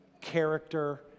character